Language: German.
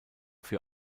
für